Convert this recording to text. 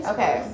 Okay